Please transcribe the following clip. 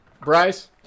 Bryce